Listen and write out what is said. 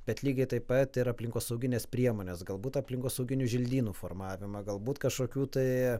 bet lygiai taip pat ir aplinkosaugines priemones galbūt aplinkosauginių želdynų formavimą galbūt kažkokių tai